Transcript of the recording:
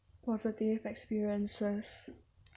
positive experiences